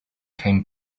came